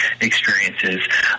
experiences